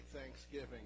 Thanksgiving